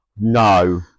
No